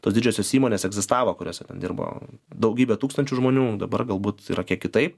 tos didžiosios įmonės egzistavo kuriose dirbo daugybė tūkstančių žmonių dabar galbūt yra kiek kitaip